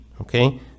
okay